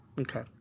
Okay